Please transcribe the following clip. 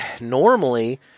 normally